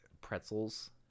pretzels